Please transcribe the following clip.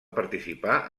participar